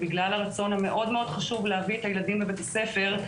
בגלל הרצון המאוד חשוב להביא את הילדים לבית הספר.